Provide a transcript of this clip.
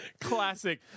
classic